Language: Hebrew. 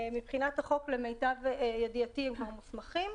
מבחינת החוק למיטב ידיעתי הם מוסמכים.